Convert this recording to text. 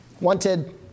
wanted